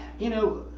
you know,